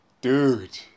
dude